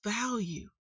value